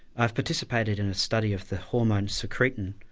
i've participated in a study of the hormone secretin,